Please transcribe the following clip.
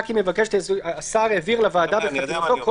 רק אם השר "העבירה לוועדה בחתימתו כל